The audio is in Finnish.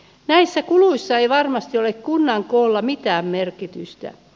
näissä kuluissa ei varmasti ole kunnan koolla mitään merkitystä